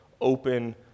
open